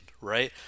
right